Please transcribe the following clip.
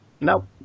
Nope